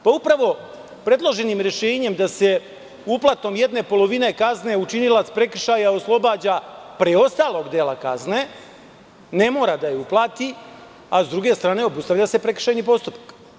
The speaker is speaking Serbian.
Upravo predloženim rešenjem da se uplatom jedne polovine kazne učinilac prekršaja oslobađa preostalog dela kazne, ne mora da je uplati, a sa druge strane obustavlja se prekršajni postupak.